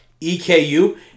EKU